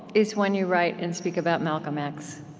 is when you write and speak about malcolm x